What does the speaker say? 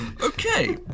Okay